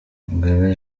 mugabe